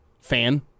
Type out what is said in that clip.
fan